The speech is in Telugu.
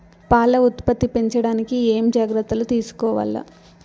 పాల ఉత్పత్తి పెంచడానికి ఏమేం జాగ్రత్తలు తీసుకోవల్ల?